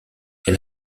elle